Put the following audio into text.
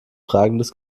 fragendes